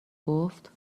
گفت